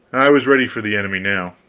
i was ready for the enemy now.